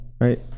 right